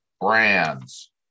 brands